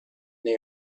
they